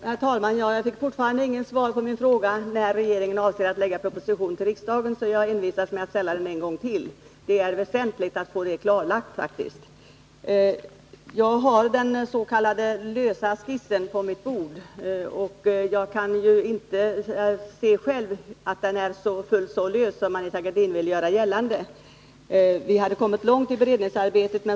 Herr talman! Jag har fortfarande inte fått svar på min fråga när regeringen avser att lägga fram en proposition för riksdagen, så jag envisas med att ställa den en gång till. Det är faktiskt väsentligt att få det klarlagt. Jag har den s.k. lösa skissen på mitt bord, och jag kan själv inte se att den är fullt så ”lös” som Anita Gradin vill göra gällande. Vi hade kommit långt i beredningsarbetet.